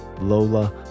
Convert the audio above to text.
Lola